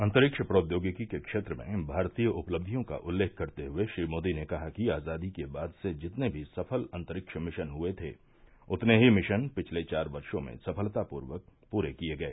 अंतरिक्ष प्रौद्योगिकी के क्षेत्र में भारतीय उपलब्धियों का उल्लेख करते हुए श्री मोदी ने कहा कि आजादी के बाद से जितने भी सफल अंतरिक्ष मिशन हुए थे उतने ही मिशन पिछले चार वर्षों में सफलतापूर्वक पूरे किए गए